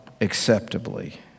acceptably